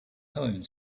home